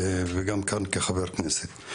וגם כאן כחבר כנסת.